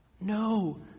No